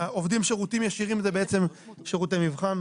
עובדים שירותים ישירים זה בעצם שירותי מבחן,